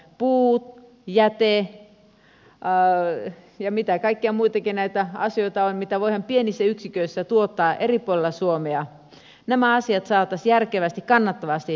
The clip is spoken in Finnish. me saisimme puu jäte ja mitä kaikkia muitakin näitä asioita on mitä voidaan pienissä yksiköissä tuottaa eri puolilla suomea järkevästi kannattavasti toimimaan